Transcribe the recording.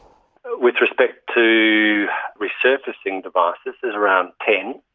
with respect to resurfacing devices there's around ten,